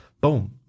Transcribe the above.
boom